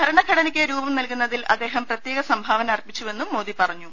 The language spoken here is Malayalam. ഭരണഘടനയ്ക്കു രൂപം നൽകുന്നതിൽ അദ്ദേഹം പ്രത്യേകം സംഭാവന അർപ്പിച്ചു വെന്നും മോദി പറഞ്ഞു